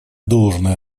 должное